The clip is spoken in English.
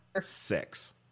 six